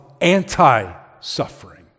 anti-suffering